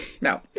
No